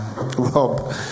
Rob